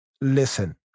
Listen